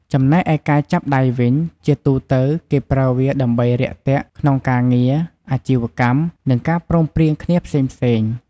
ចំណែកឯការចាប់ដៃវិញ ជាទូទៅគេប្រើវាដើម្បីរាក់ទាក់ក្នុងការងារ អាជីវកម្ម និងការព្រមព្រៀងគ្នាផ្សេងៗ។